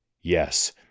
Yes